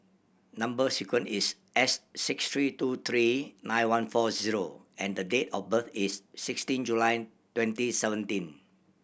number sequence is S six three two three nine one four zero and the date of birth is sixteen July twenty seventeen